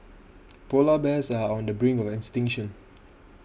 Polar Bears are on the brink of extinction